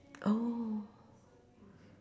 oh